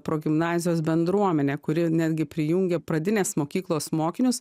progimnazijos bendruomenę kuri netgi prijungė pradinės mokyklos mokinius